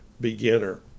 beginner